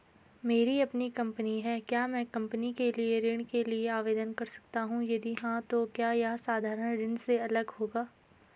मेरी अपनी कंपनी है क्या मैं कंपनी के लिए ऋण के लिए आवेदन कर सकता हूँ यदि हाँ तो क्या यह साधारण ऋण से अलग होगा?